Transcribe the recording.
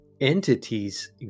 entities